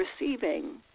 receiving